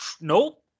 Nope